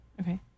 Okay